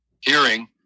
hearing